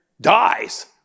dies